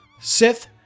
Sith